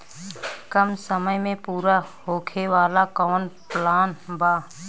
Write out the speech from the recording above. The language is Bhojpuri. कम समय में पूरा होखे वाला कवन प्लान बा?